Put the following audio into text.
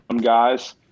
guys